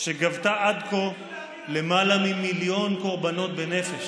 שגבתה עד כה למעלה ממיליון קורבנות בנפש